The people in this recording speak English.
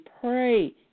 pray